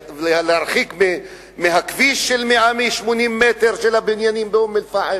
להרחיק מהכביש של מי-עמי 80 מטר של הבניינים באום-אל-פחם.